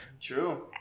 True